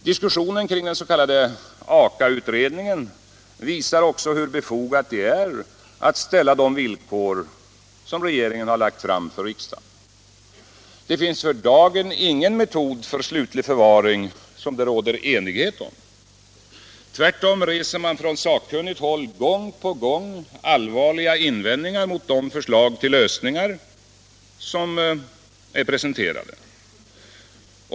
Diskussionen omkring den s.k. AKA-utredningen visar också hur befogat det är att ställa de villkor som regeringen har lagt fram för riksdagen. Det finns för dagen ingen metod för slutlig förvaring som det råder enighet om. Tvärtom reser man från sakkunnigt håll gång på gång allvarliga invändningar mot de förslag till lösningar som är presenterade.